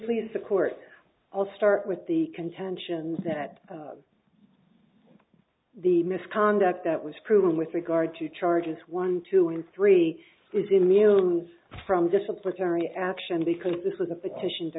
please the court i'll start with the contention that the misconduct that was proven with regard to charges one two and three is immune from disciplinary action because this was a petition to